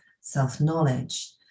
self-knowledge